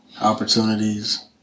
opportunities